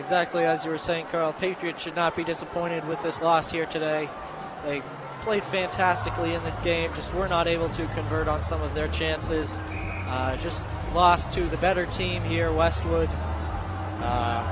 exactly as you were saying girl patriots should not be disappointed with this loss here today they played fantastically in this game just were not able to convert on some of their chances just lost to the better team here westwood